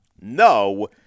No